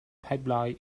pipeline